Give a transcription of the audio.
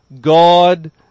God